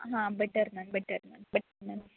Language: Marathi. हां butter naan butter naan butter naan